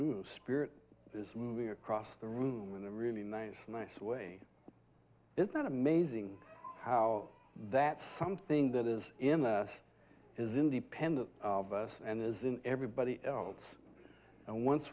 spirit is moving across the room in a really nice nice way it's not amazing how that something that is in the us is independent of us and is in everybody else and once